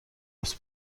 است